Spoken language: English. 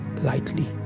lightly